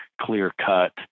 clear-cut